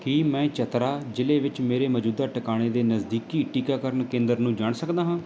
ਕੀ ਮੈਂ ਚਤਰਾ ਜ਼ਿਲ੍ਹੇ ਵਿੱਚ ਮੇਰੇ ਮੌਜੂਦਾ ਟਿਕਾਣੇ ਦੇ ਨਜ਼ਦੀਕੀ ਟੀਕਾਕਰਨ ਕੇਂਦਰ ਨੂੰ ਜਾਣ ਸਕਦਾ ਹਾਂ